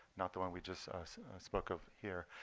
not the one we just spoke of here.